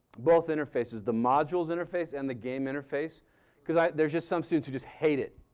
both interfaces, the modules interface and the game interface because there's just some students who just hate it.